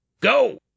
Go